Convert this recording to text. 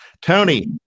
tony